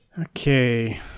Okay